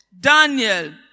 Daniel